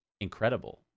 incredible